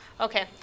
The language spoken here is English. Okay